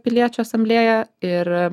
piliečių asamblėją ir